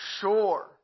sure